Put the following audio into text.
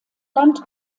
land